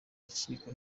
urukiko